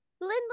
Lindley